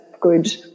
Good